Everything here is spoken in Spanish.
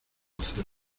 hacerlo